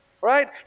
Right